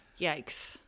Yikes